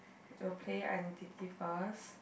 we will play identity first